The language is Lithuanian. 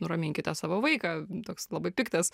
nuraminkite savo vaiką toks labai piktas